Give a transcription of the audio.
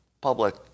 public